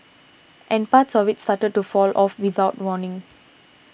and parts of it started to fall off without warning